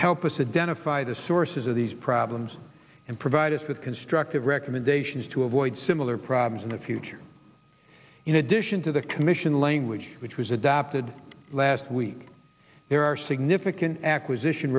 help us identify the sources of these problems and provide us with constructive recommendations to avoid similar problems in the future in addition to the commission language which was adopted last week there are significant acquisition